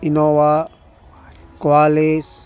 Innova క్వాలీస్